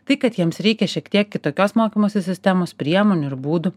tai kad jiems reikia šiek tiek kitokios mokymosi sistemos priemonių ir būdų